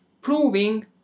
proving